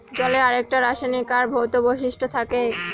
জলের অনেককটা রাসায়নিক আর ভৌত বৈশিষ্ট্য থাকে